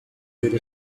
ibiri